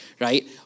right